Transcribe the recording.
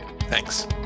Thanks